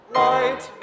light